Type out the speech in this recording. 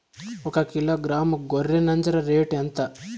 ఒకకిలో గ్రాము గొర్రె నంజర రేటు ఎంత?